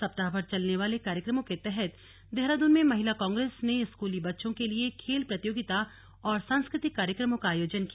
सप्ताहभर चलने वाले कार्यक्रमों के तहत देहरादून में महिला कांग्रेस ने स्कूली बच्चों के लिए खेल प्रतियोगिता और सांस्कृतिक कार्यक्रमों का आयोजन किया